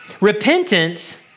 Repentance